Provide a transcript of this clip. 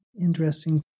interesting